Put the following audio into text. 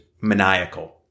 maniacal